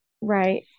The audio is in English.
right